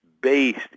based